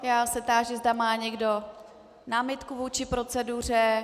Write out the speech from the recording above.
Já se táži, zda má někdo námitku vůči proceduře.